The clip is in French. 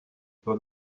pas